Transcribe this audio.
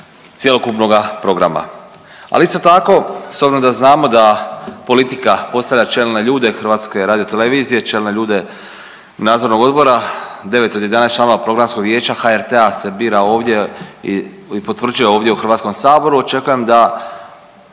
cjelokupnoga programa. Ali isto s obzirom da znamo da politika postavlja čelne ljude HRT-a, čelne ljude nadzornog odbora, 9 od 11 članova programskog vijeća HRT-a se bira ovdje i potvrđuje ovdje u Hrvatskom saboru, očekujem da